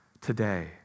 today